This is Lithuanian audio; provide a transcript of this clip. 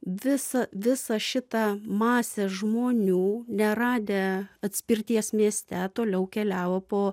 visa visa šita masė žmonių neradę atspirties mieste toliau keliavo po